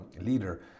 leader